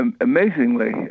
amazingly